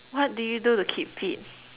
what do you do to keep fit